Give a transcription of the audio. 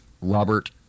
Robert